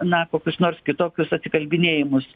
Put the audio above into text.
na kokius nors kitokius atsikalbinėjimus